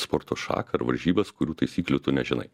sporto šaką ar varžybas kurių taisyklių tu nežinai